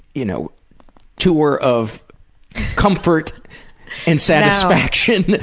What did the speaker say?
you know tour of comfort and satisfaction,